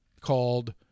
called